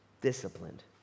disciplined